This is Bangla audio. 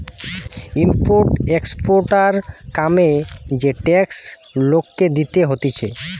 ইম্পোর্ট এক্সপোর্টার কামে যে ট্যাক্স লোককে দিতে হতিছে